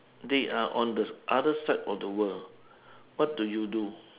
they are on the other side of the world what do you do